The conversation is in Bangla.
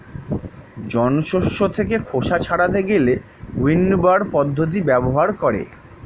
জন শস্য থেকে খোসা ছাড়াতে গেলে উইন্নবার পদ্ধতি ব্যবহার করে